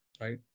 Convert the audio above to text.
right